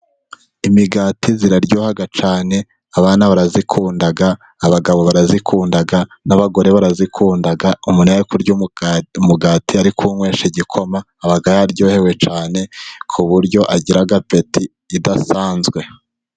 Imigati iraryoha cyane abana barayikunda, abagabo barayikunda n'abagore barayikunda, umuntu iyo ari kurya umugati kuwunywesha igikoma, aba yaryohewe cyane, ku buryo agira apeti idasanzwe.